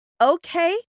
okay